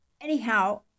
anyhow